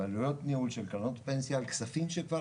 ועלויות ניהול של קרנות פנסיה על כספים שכבר